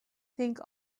think